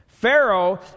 pharaoh